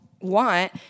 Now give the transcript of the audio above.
want